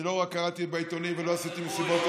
אני לא רק קראתי בעיתונים ולא עשיתי מסיבות,